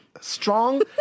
Strong